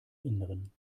innern